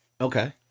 Okay